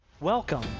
Welcome